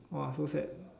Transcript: !wah! so sad